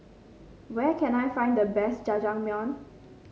where can I find the best Jajangmyeon